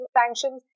sanctions